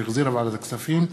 שהחזירה ועדת הכספים,